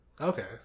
Okay